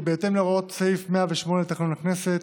כי בהתאם להוראות סעיף 108 לתקנון הכנסת,